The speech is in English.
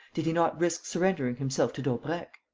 did he not risk surrendering himself to daubrecq?